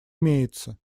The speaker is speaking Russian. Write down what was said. имеется